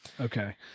okay